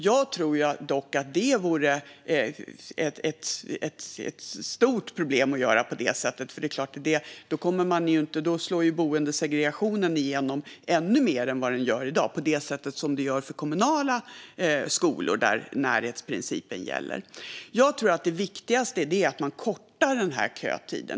Jag tror dock att det vore ett stort problem att göra på det sättet, för då slår boendesegregationen igenom ännu mer än vad den gör i dag på det sätt som sker i kommunala skolor, där närhetsprincipen gäller. Jag tror att det viktigaste är att man kortar kötiden.